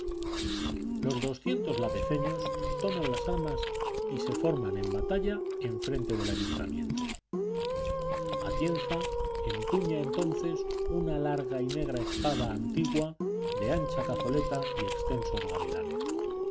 los doscientos lapezeños toman las armas y se forman en batalla enfrente del ayuntamiento atienza empuña entonces una larga y negra espada antigua de ancha cazoleta y extensos gavilanes